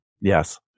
Yes